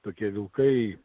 tokie vilkai